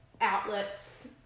outlets